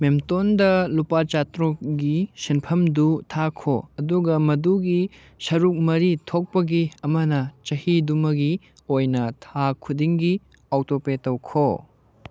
ꯃꯦꯝꯇꯣꯟꯗ ꯂꯨꯄꯥ ꯆꯥꯇ꯭ꯔꯨꯛꯀꯤ ꯁꯦꯟꯐꯝꯗꯨ ꯊꯥꯈꯣ ꯑꯗꯨꯒ ꯃꯗꯨꯒꯤ ꯁꯔꯨꯛ ꯃꯔꯤ ꯊꯣꯛꯄꯒꯤ ꯑꯃꯅ ꯆꯍꯤꯗꯨ ꯑꯃꯒꯤ ꯑꯣꯏꯅ ꯊꯥ ꯈꯨꯗꯤꯡꯒꯤ ꯑꯣꯇꯣ ꯄꯦ ꯇꯧꯈꯣ